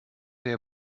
der